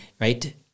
right